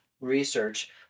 research